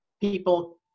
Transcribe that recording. people